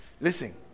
listen